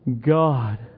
God